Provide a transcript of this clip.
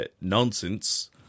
nonsense